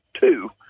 two